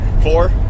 four